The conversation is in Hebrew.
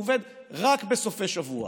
והוא עובד רק בסופי שבוע.